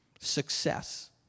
success